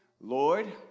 Lord